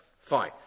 Fine